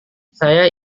saya